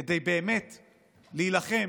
כדי להילחם